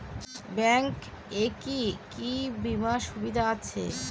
Bank এ কি কী বীমার সুবিধা আছে?